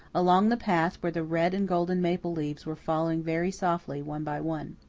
along the path where the red and golden maple leaves were falling very softly, one by one.